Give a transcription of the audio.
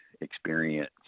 experience